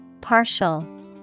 Partial